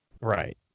Right